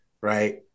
right